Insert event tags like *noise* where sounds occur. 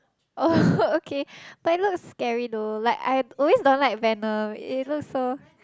oh *breath* okay but it looks scary though like I always don't like venom it looks so